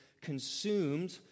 consumed